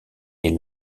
est